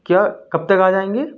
کیا کب تک آ جائیں گے